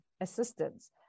assistance